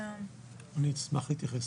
אני אשמח להתייחס.